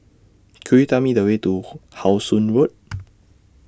Could YOU Tell Me The Way to How Sun Road